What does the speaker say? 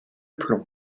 plomb